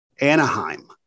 Anaheim